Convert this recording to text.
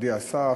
אדוני השר,